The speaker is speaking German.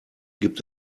gibt